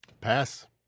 Pass